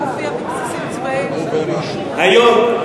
היום,